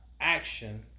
Action